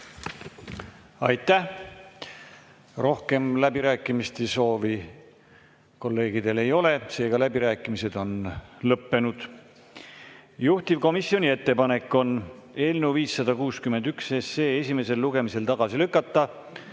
Aitäh! Rohkem läbirääkimiste soovi kolleegidel ei ole, seega läbirääkimised on lõppenud. Juhtivkomisjoni ettepanek on eelnõu 561 esimesel lugemisel tagasi lükata.